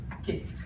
okay